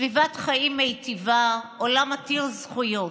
סביבת חיים מיטיבה, עולם עתיר זכויות.